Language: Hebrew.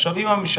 עכשיו אם הממשלה,